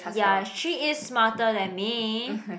ya she is smarter than me